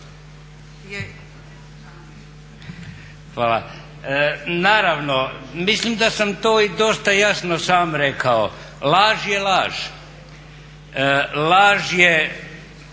Hvala. Naravno, mislim da sam to i dosta jasno sam rekao, laž je laž. Laž je